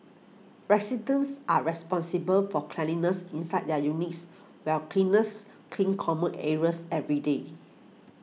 residents are responsible for cleanliness inside their units while cleaners clean common areas every day